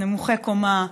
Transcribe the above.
נמוכי קומה,